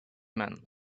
men